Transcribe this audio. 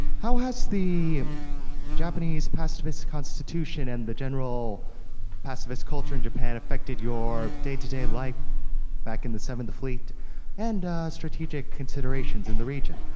how has the japanese pacifist constitution and the general pacifist culture in japan affected your day to day life back in the seventh fleet and strategic considerations in the region?